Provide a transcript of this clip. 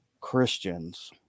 Christians